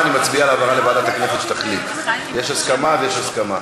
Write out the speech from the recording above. ועדת העבודה והרווחה.